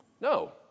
no